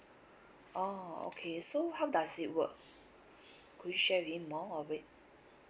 oh okay so how does it work could you share with me more of it